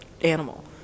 animal